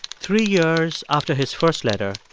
three years after his first letter,